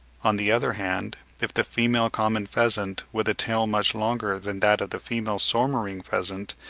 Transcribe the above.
on the other hand, if the female common pheasant, with a tail much longer than that of the female soemmerring pheasant,